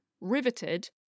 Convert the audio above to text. riveted